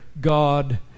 God